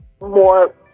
more